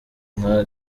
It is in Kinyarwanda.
nka